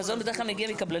המזון בדרך כלל מגיע מקבלנים,